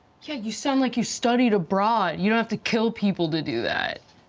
yeah, you sound like you studied abroad. you don't have to kill people to do that.